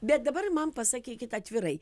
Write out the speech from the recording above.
bet dabar man pasakykit atvirai